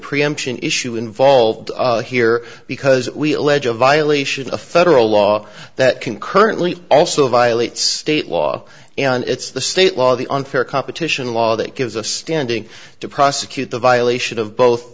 preemption issue involved here because we allege a violation of federal law that concurrently also violates state law and it's the state law the unfair competition law that gives a standing to prosecute the violation of both